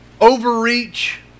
overreach